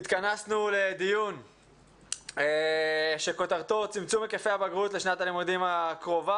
התכנסנו לדיון שכותרתו: "צמצום היקפי הבגרות לשנה"ל תשפ"א